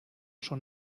schon